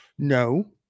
No